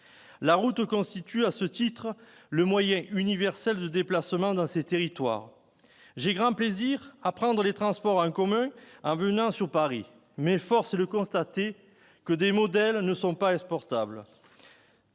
La route constitue à cet égard le moyen universel de déplacement dans ces territoires. J'ai grand plaisir à prendre les transports en commun en venant à Paris, mais force est de constater que certains modèles ne sont pas exportables.